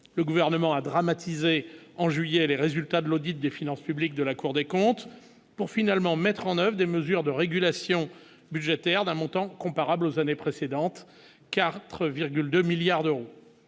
le gouvernement a dramatisé en juillet, les résultats de l'audit des finances publiques de la Cour des comptes, pour finalement mettre en 9 des mesures de régulation budgétaire d'un montant comparable aux années précédentes, car 4,2 milliards d'euros